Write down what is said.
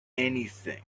anything